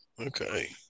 Okay